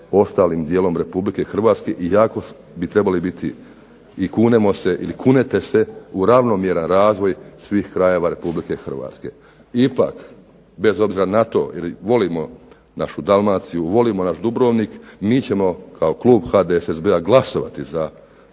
ostalim dijelom RH iako bi trebali biti i kunemo se ili kunete se u ravnomjeran razvoj svih krajeva RH. Ipak bez obzira na to jer volimo našu Dalmaciju, volimo naš Dubrovnik mi ćemo kao klub HDSSB-a glasovati za ovaj